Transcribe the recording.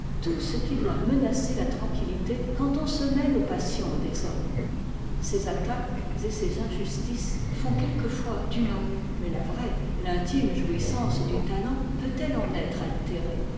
tout ce qui doit menacer la tranquillité quand on se mêle aux passions des hommes ces attaques et ces injustices font quelquefois du mal mais la vraie t'intime jouissance du talent peut-elle en être altérée